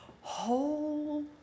whole